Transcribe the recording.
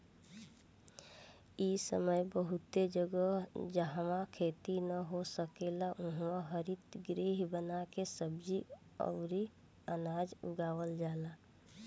इ समय बहुते जगह, जाहवा खेती ना हो सकेला उहा हरितगृह बना के सब्जी अउरी अनाज उगावल जाला